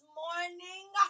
morning